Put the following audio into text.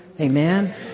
Amen